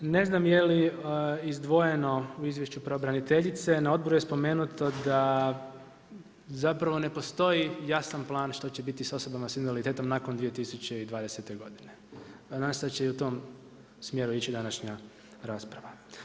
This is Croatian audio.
Ne znam je li izdvojeno u izvješću pravobraniteljice, na odboru je spomenuto da zapravo ne postoji jasan plan što će biti sa osobama sa invaliditetom nakon 2020. godina a nadam se da će i u tom smjeru ići današnja rasprava.